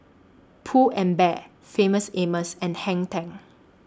Pull and Bear Famous Amos and Hang ten